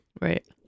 Right